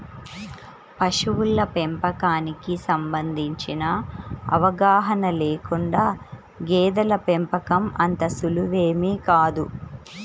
పశువుల పెంపకానికి సంబంధించిన అవగాహన లేకుండా గేదెల పెంపకం అంత సులువేమీ కాదు